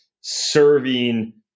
serving